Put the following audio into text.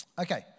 Okay